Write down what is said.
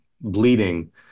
bleeding